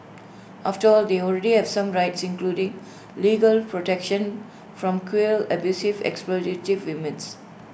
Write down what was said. after all they already have some rights including legal protection from cruel abusive exploitative humans